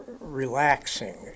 relaxing